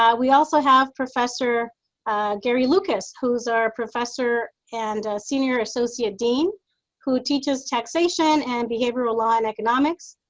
yeah we also have professor gary lucas, who's our professor and senior associate dean who teaches taxation and behavioral law and economics.